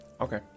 Okay